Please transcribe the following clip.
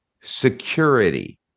security